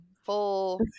Full